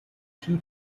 two